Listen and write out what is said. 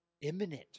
imminent